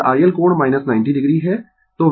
यह iL कोण 90 o है